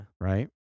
Right